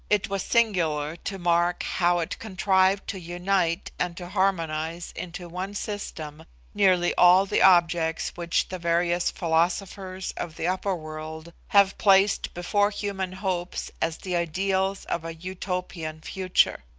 it was singular to mark how it contrived to unite and to harmonise into one system nearly all the objects which the various philosophers of the upper world have placed before human hopes as the ideals of a utopian future.